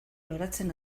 loratzen